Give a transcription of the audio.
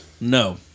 No